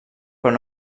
però